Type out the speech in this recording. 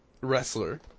wrestler